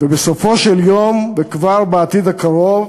ובסופו של דבר, וכבר בעתיד הקרוב,